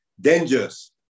dangers